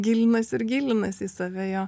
gilinasi ir gilinasi į save